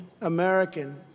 American